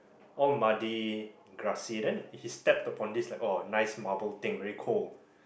all muddy grassy then he stepped upon this like oh nice marble thing very cold